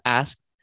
asked